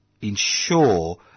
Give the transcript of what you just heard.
ensure